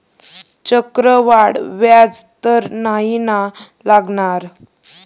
चक्रवाढ व्याज तर नाही ना लागणार?